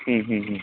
മ്മ് മ്മ് മ്മ്